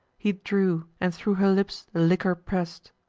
he drew, and thro' her lips the liquor press'd.